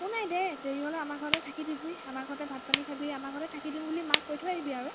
একো নাই দে দেৰি হ'লে আমাৰ ঘৰতে থাকি দিবি আমাৰ ঘৰতে ভাত পানী খাবি আমাৰ ঘৰতে থাকি দিম বুলি মাক কৈ থৈ আহিবি আৰু